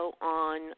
on